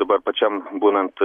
dabar pačiam būnant